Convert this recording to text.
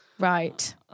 Right